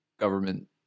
government